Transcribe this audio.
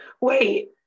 wait